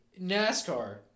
NASCAR